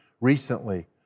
recently